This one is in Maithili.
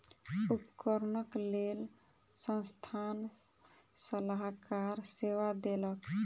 उपकरणक लेल संस्थान सलाहकार सेवा देलक